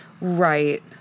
Right